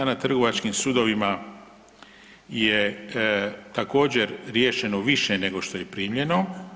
Na trgovačkim sudovima je također riješeno više, nego što je primljeno.